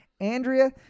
Andrea